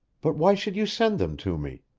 but why should you send them to me?